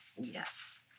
Yes